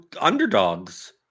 underdogs